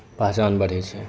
पहचान बढ़ैत छै